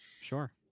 Sure